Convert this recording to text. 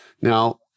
Now